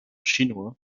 chinois